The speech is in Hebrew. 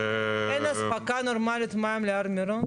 אין אספקת מים נורמלית להר מירון?